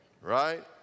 right